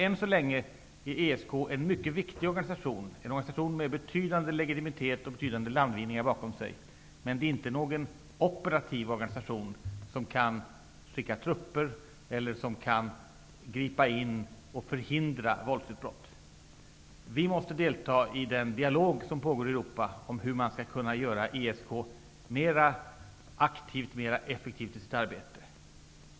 Än så länge är ESK en mycket viktig process med betydande legitimitet och betydande landvinningar bakom sig. Men det är inte någon operativ organisation som kan skicka trupper eller som kan gripa in och förhindra våldsutbrott. Vi måste delta i den dialog som pågår i Europa om hur man skall kunna göra ESK mer aktivt och mer effektivt i sitt arbete.